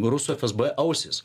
rusų fsb ausys